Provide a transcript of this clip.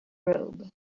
robe